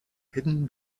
hidden